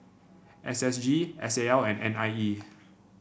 S S G S A L and N I E